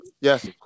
Yes